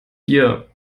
vier